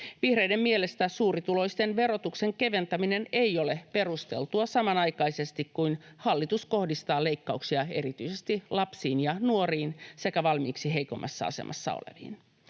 Vihreiden mielestä suurituloisten verotuksen keventäminen ei ole perusteltua samanaikaisesti, kun hallitus kohdistaa leikkauksia erityisesti lapsiin ja nuoriin sekä valmiiksi heikoimmassa asemassa oleviin.